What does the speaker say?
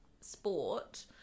sport